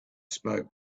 spoke